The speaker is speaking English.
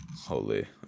Holy